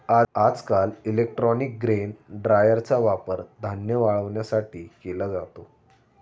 आजकाल electronic grain ड्रायरचा वापर धान्य वाळवण्यासाठी केला जातो